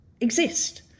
exist